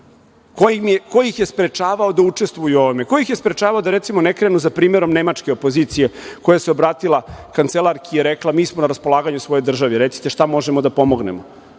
ih je sprečavao da učestvuju u ovome? Ko ih je sprečavao da, recimo, ne krenu za primerom nemačke opozicije koja se obratila kancelarki i rekla - mi smo na raspolaganju svojoj državi, recite šta možemo da pomognemo?